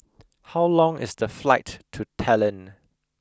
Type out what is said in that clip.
how long is the flight to Tallinn